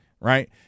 Right